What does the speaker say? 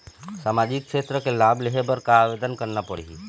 सामाजिक क्षेत्र के लाभ लेहे बर का आवेदन करना पड़ही?